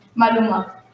Maluma